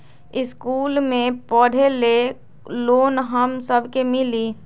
इश्कुल मे पढे ले लोन हम सब के मिली?